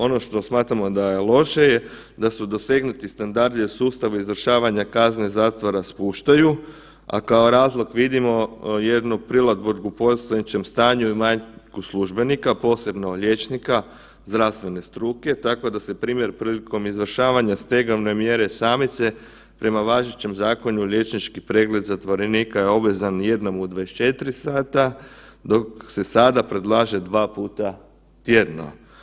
Ono što smatramo da je loše je da su dosegnuti standardi u sustavu izvršavanja kazne zatvora spuštaju, a kao razlog vidimo jednu prilagodbu postojećem stanju i manjku službenika, posebno liječnika, zdravstvene struke, tako da se prilikom izvršavanja stegovne mjere samice, prema važećem zakonu, liječnički pregled zatvorenika je obvezan jednom u 24 h, dok se sada predlaže 2 puta tjedno.